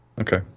Okay